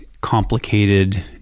complicated